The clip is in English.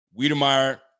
Wiedemeyer